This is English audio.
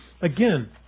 again